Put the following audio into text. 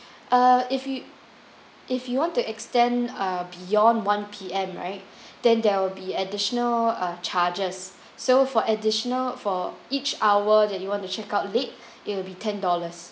uh if you if you want to extend beyond one P_M right then there will be additional err charges so for additional for each hour that you want to check out late it'll be ten dollars